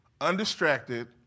undistracted